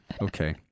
Okay